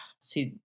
see